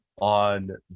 on